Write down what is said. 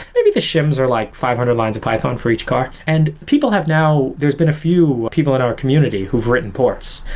maybe the shims are like five hundred lines of python for each car. and people have now there's been a few people in our community who've written ports.